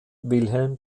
wilhelm